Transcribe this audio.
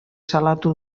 salatu